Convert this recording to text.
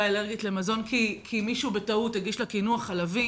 אלרגית למזון כי מישהו בטעות הגיש לה קינוח חלבי